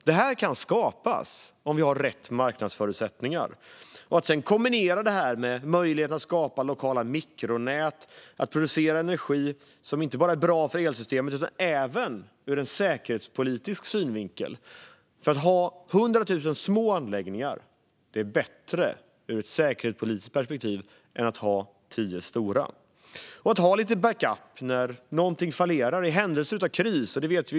Detta kan skapas om vi har rätt marknadsförutsättningar. Detta kan man sedan kombinera med möjligheten att skapa lokala mikronät. Det handlar om att producera energi som inte bara är bra för elsystemet utan även ur en säkerhetspolitisk synvinkel - att ha hundratusen små anläggningar är bättre ur ett säkerhetspolitiskt perspektiv än att ha tio stora - och att ha lite backup om något fallerar och i händelse av kris.